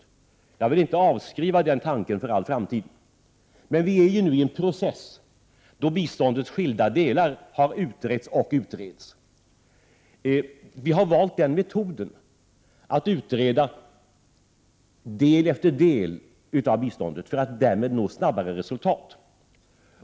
Jag vill inte avskriva den tanken för all framtid, men vi är nu i en process, då biståndets skilda delar har utretts och utreds. Vi har valt metoden att utreda del efter del av biståndet för att därmed nå snabbare resultat.